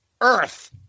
earth